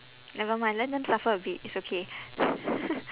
never mind let them suffer a bit it's okay